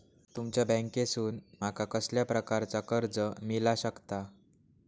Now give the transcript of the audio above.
तुमच्या बँकेसून माका कसल्या प्रकारचा कर्ज मिला शकता?